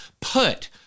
put